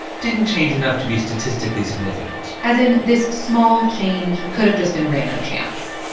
didn't change enough to be statistically significant as in, this small change could have just been random chance.